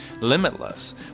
limitless